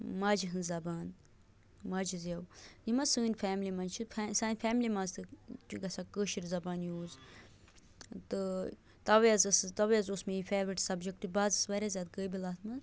ماجہِ ہٕنٛز زبان ماجہِ زیٚو یِم حظ سٲنۍ فیملی منٛز چھِ سانہِ فیملی منٛز تہِ چھُ گژھان کٲشِر زبان یوٗز تہٕ تَوَے حظ ٲسٕس تَوَے حظ اوس مےٚ یہِ فیورِٹ سَبجَکٹہٕ بہٕ حظ چھَس واریاہ زیادٕ قٲبِل اَتھ منٛز